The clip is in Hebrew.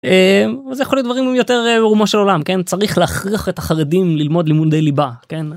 זה יכול להיות דברים יותר רומו של עולם כן צריך להכריח את החרדים ללמוד לימודי ליבה.